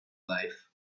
life